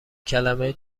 کلمه